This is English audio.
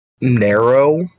narrow